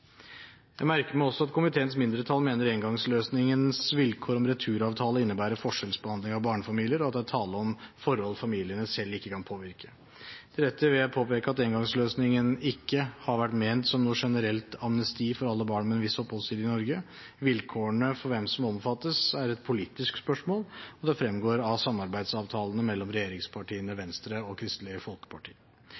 Jeg merker meg også at komiteens mindretall mener engangsløsningens vilkår om returavtale innebærer forskjellsbehandling av barnefamilier, og at det er tale om forhold familiene selv ikke kan påvirke. Til dette vil jeg påpeke at engangsløsningen ikke har vært ment som noe generelt amnesti for alle barn med en viss oppholdstid i Norge. Vilkårene for hvem som omfattes, er et politisk spørsmål, og det fremgår av samarbeidsavtalen mellom regjeringspartiene,